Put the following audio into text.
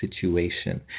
situation